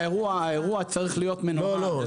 האירוע צריך להיות מנוהל.